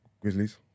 Grizzlies